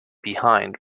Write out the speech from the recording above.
behind